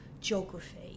geography